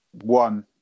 one